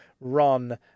run